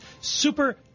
Super